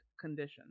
conditions